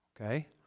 okay